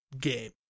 game